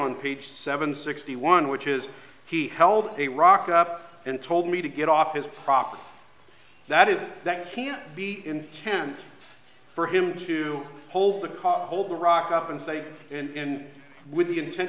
on page seven sixty one which is he held a rock up and told me to get off his property that is that can't be chance for him to hold the call hold the rock up and say go in with the intent